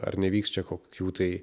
ar nevyks čia kokių tai